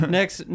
Next